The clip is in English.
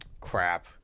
Crap